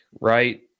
right